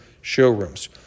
showrooms